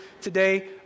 today